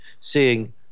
seeing